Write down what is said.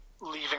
leaving